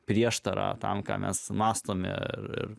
prieštarą tam ką mes mąstome ir